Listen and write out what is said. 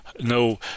no